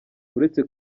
uretse